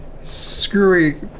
screwy